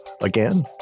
again—